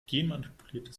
genmanipuliertes